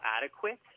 adequate